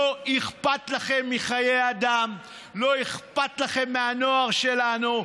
לא אכפת לכם מחיי אדם, לא אכפת לכם מהנוער שלנו.